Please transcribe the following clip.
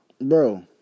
bro